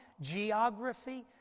geography